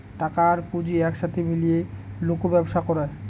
টাকা আর পুঁজি এক সাথে মিলিয়ে লোক ব্যবসা করে